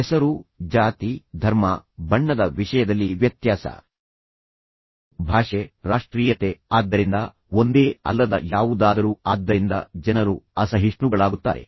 ಹೆಸರು ಜಾತಿ ಧರ್ಮ ಬಣ್ಣದ ವಿಷಯದಲ್ಲಿ ವ್ಯತ್ಯಾಸ ಭಾಷೆ ರಾಷ್ಟ್ರೀಯತೆ ಆದ್ದರಿಂದ ಒಂದೇ ಅಲ್ಲದ ಯಾವುದಾದರೂ ಆದ್ದರಿಂದ ಜನರು ಅಸಹಿಷ್ಣುಗಳಾಗುತ್ತಾರೆ